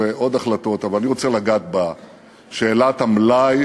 טייבה בירת הסייבר.